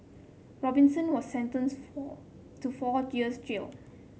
Robinson was sentenced for to four years jail